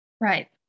Right